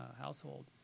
household